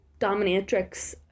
dominatrix